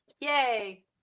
Yay